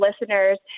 listeners